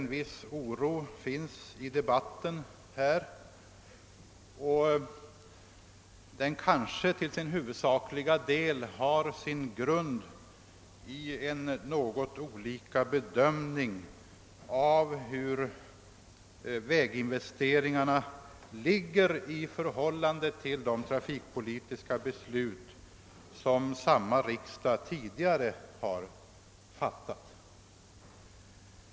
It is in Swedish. En viss oro har kommit till synes i debat ten, och den kanske till sin huvudsakliga del har sin grund i en något olika bedömning av väginvesteringarna i förhållande till de trafikpolitiska beslut som riksdagen tidigare har fattat.